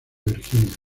virginia